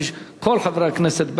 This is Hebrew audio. כי כל חברי הכנסת בעד.